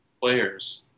players